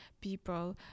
people